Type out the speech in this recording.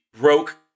broke